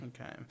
Okay